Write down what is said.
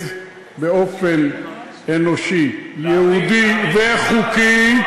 באופן אנושי, יהודי וחוקי,